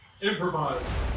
Improvise